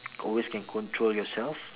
always can control yourself